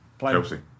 Chelsea